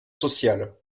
sociales